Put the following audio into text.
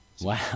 Wow